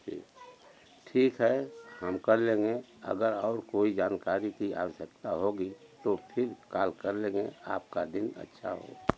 ठीक ठीक है हम कर लेंगे अगर और कोई जानकारी की आवश्यकता होगी तो फिर कॉल कर लेंगे आपका दिन अच्छा हो